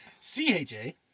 C-H-A